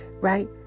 Right